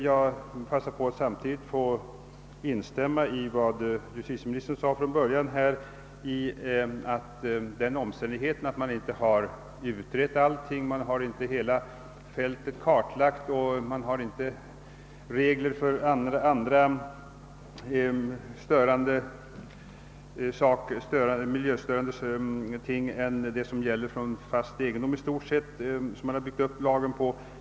Jag passar på att samtidigt instämma i vad justitieministern sade, nämligen att den omständigheten att man inte har utrett allting, att man inte har hela fältet kartlagt, att man inte har regler för andra miljöstörande ting än i stort sett miljöstörningar från fast egendom inte utgör skäl att dröja.